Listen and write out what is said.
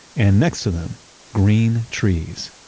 and next to them green trees.